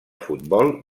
futbol